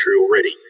already